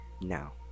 now